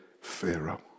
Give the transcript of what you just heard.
Pharaoh